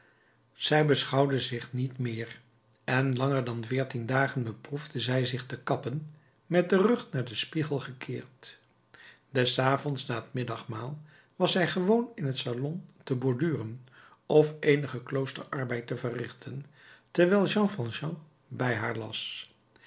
zij beschouwde zich niet meer en langer dan veertien dagen beproefde zij zich te kappen met den rug naar den spiegel gekeerd des avonds na het middagmaal was zij gewoon in het salon te borduren of eenigen kloosterarbeid te verrichten terwijl jean valjean bij haar las